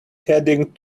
heading